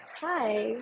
hi